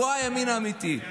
הוא הימין האמיתי.